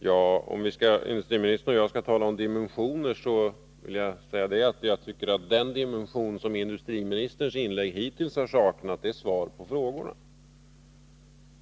Herr talman! Om industriministern och jag skall tala om dimensioner, vill jag säga att jag tycker att den dimension som industriministerns inlägg hittills har saknat är svar på frågorna.